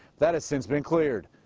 that has since been cleared.